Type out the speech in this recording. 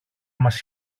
μας